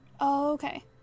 Okay